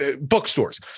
bookstores